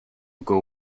will